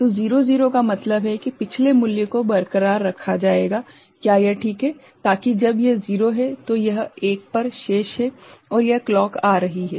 तो 0 0 का मतलब है कि पिछले मूल्य को बरकरार रखा जाएगा क्या यह ठीक है ताकि जब यह 0 है तो यह 1 पर शेष है और यह क्लॉक आ रही है